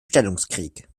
stellungskrieg